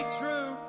true